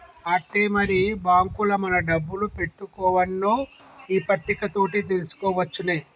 ఆట్టే మరి బాంకుల మన డబ్బులు పెట్టుకోవన్నో ఈ పట్టిక తోటి తెలుసుకోవచ్చునే